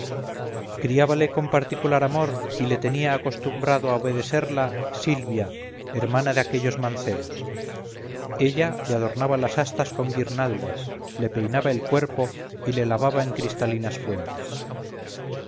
campos criábale con particular amor y le tenía acostumbrado a obedecerla silvia hermana de aquellos mancebos ella le adornaba las astas con guirnaldas le peinaba el cuerpo y le lavaba en cristalinas fuentes